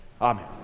Amen